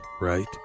right